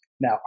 Now